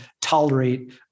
tolerate